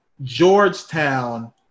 Georgetown